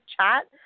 chat